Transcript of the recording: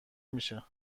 میشه